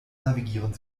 navigieren